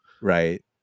right